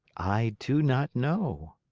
i do not know.